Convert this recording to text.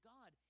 God